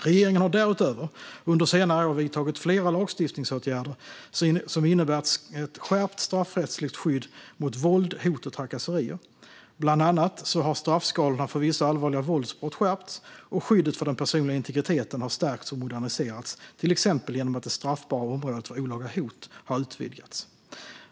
Regeringen har därutöver under senare år vidtagit flera lagstiftningsåtgärder som innebär ett skärpt straffrättsligt skydd mot våld, hot och trakasserier. Bland annat har straffskalorna för vissa allvarliga våldsbrott skärpts. Skyddet för den personliga integriteten har också stärkts och moderniserats, till exempel genom att det straffbara området för olaga hot har utvidgats.